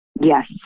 Yes